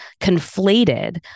conflated